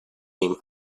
came